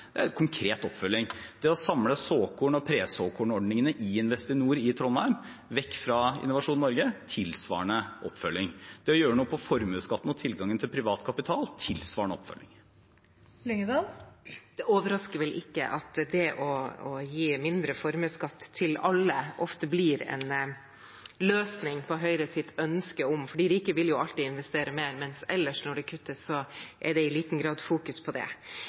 Det er konkret oppfølging. Å samle såkornordningene og presåkornordningene i Investinor i Trondheim, vekk fra Innovasjon Norge, er tilsvarende oppfølging. Å gjøre noe på formuesskatten og tilgangen til privat kapital er tilsvarende oppfølging. Det overrasker ikke at det å gi mindre formuesskatt til alle, ofte blir en løsning på Høyres ønske, de rike vil alltid investere mer. Men ellers når det kuttes, fokuseres det i liten grad på det. Vi vet at vi satser det aller meste av forskningsmidlene våre på helsenæring og på det